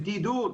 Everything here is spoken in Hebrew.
בדידות,